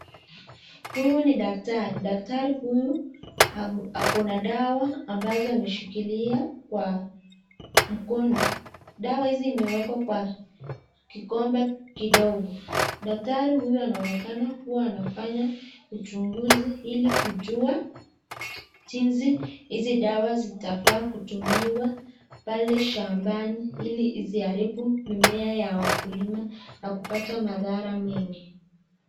Huyu ni daktari, daktari huyu ako na dawa ambazo ameshikilia kwa mkono ,dawa hizi imewekwa kwa kikombe kidogo, daktari huyu anaonekana kuwa anafanya uchunguzi ili kujua jinsi hizi dawa zitafaa kutumiwa pale shambani ili isiharibu mimea ya wakulima na kupata madhara mengi.